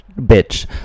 Bitch